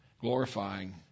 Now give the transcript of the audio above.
glorifying